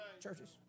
Churches